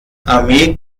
armee